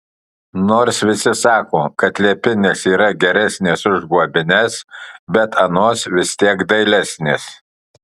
nors visi sako kad liepinės yra geresnės už guobines bet anos vis tiek dailesnės